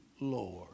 Lord